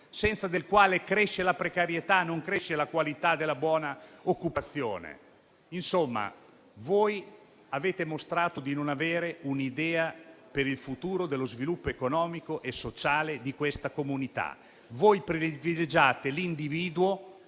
senza il quale cresce la precarietà e non cresce la qualità della buona occupazione. Insomma, avete mostrato di non avere un'idea per il futuro dello sviluppo economico e sociale di questa comunità. Voi privilegiate l'individuo